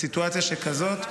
בסיטואציה שכזאת,